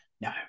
No